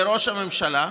לראש הממשלה.